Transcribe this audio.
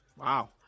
Wow